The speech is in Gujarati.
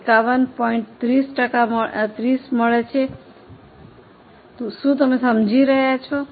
30 મળે છે શું તમે સમજી રહ્યા છો